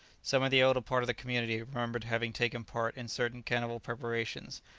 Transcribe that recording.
some of the elder part of the community remembered having taken part in certain cannibal preparations,